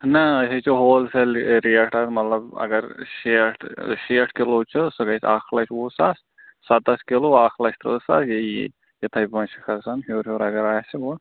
نَہ أسیٚے چھِ ہول سیل یہِ ریٹ اتھ مطلب اگر شیٹھ ٲں شیٹھ کلوٗ چھُ سُہ گَژھہِ اکھ لچھ وُہ ساس سَتَتھ کلوٗ اکھ لچھ ترٕہ ساس یِتھٔے پٲٹھۍ چھُ کھَسان ہیٛور ہیٛور اگر آسہِ